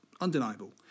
undeniable